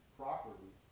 properly